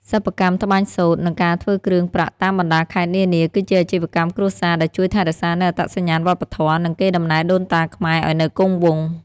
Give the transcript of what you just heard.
សិប្បកម្មត្បាញសូត្រ និងការធ្វើគ្រឿងប្រាក់តាមបណ្ដាខេត្តនានា គឺជាអាជីវកម្មគ្រួសារដែលជួយថែរក្សានូវអត្តសញ្ញាណវប្បធម៌ និងកេរដំណែលដូនតាខ្មែរឱ្យនៅគង់វង្ស។